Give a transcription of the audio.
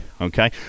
okay